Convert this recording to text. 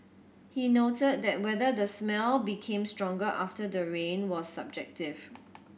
he noted that whether the smell became stronger after the rain was subjective